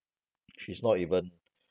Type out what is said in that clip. she's not even